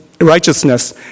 righteousness